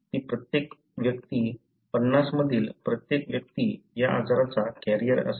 ती प्रत्येक व्यक्ती 50 मधील प्रत्येक व्यक्ती या आजाराचा कॅरियर असेल